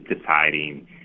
deciding